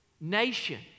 nation